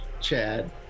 Chad